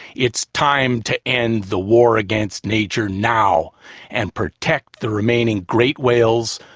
it's time to end the war against nature now and protect the remaining great whales,